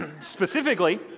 specifically